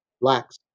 Blacks